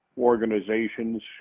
organizations